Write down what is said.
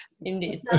indeed